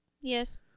Yes